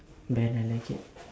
band I like it